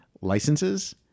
licenses